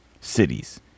cities